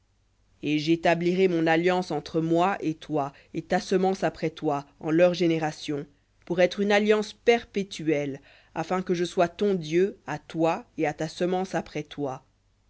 et j'établirai mon alliance entre moi et toi et ta semence après toi en leurs générations pour être une alliance perpétuelle afin que je sois ton dieu à toi et à ta semence après toi